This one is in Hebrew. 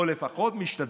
או לפחות משתדל,